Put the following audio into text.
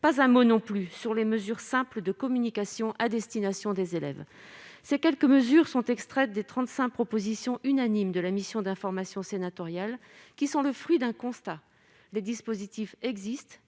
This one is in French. pas un mot, enfin, sur les mesures simples de communication à destination des élèves. Ces quelques mesures sont extraites des trente-cinq propositions unanimes de la mission d'information sénatoriale, qui sont le fruit d'un constat : les dispositifs existent,